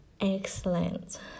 Excellent